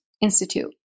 Institute